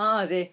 a'ah seh